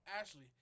Ashley